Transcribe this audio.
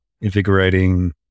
invigorating